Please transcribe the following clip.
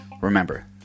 Remember